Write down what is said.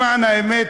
למען האמת,